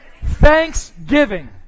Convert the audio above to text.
Thanksgiving